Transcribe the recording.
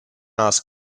ask